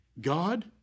God